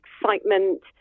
excitement